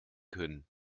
können